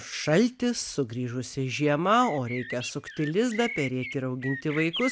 šaltis sugrįžusi žiema o reikia sukti lizdą perėti ir auginti vaikus